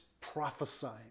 prophesying